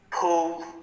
pull